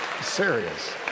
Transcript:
Serious